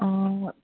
ꯑꯥ